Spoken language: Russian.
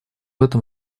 этом